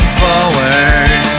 forward